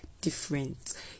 different